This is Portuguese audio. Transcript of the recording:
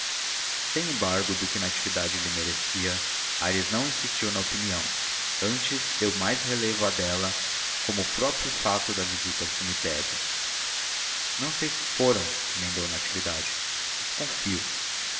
sem embargo do que natividade lhe merecia aires não insistiu na opinião antes deu mais relevo à dela com o próprio fato da visita ao cemitério não sei se foram emendou natividade desconfio